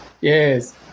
Yes